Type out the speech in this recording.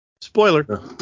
Spoiler